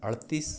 अड़तीस